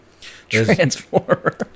transformer